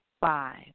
five